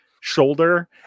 shoulder